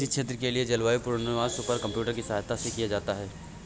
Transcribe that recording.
किसी क्षेत्र के लिए जलवायु पूर्वानुमान सुपर कंप्यूटर की सहायता से किया जाता है